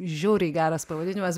žiauriai geras pavadinimas